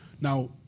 Now